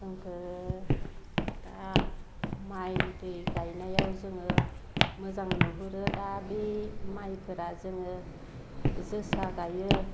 आंखो दा माइ दै गायनायाव जोङो मोजां नुहुरो दा बि माइफोरा जोङो जोसा गायो